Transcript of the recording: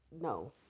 No